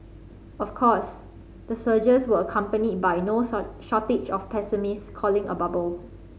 of course the surges were accompanied by no shortage of pessimists calling a bubble